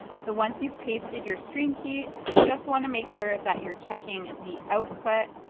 so once you've pasted your stream key you just want to make sure that you're checking the output.